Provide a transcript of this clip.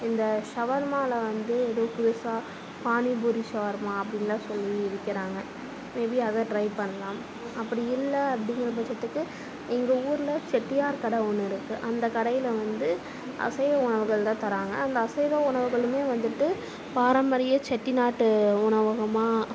இந்த ஷவர்மாவில வந்து எதோ புதுசாக பானிபூரி ஷவர்மா அப்படின்ல்லாம் சொல்லி விற்கிறாங்க மே பீ அதை ட்ரை பண்ணலாம் அப்படி இல்லை அப்படிங்கிற பட்சத்துக்கு இந்த ஊரில் செட்டியார் கடை ஒன்று இருக்கு அந்த கடையில் வந்து அசைவ உணவுகள் தான் தராங்க அந்த அசைவ உணவுகளுமே வந்துவிட்டு பாரம்பரிய செட்டிநாட்டு உணவகமாக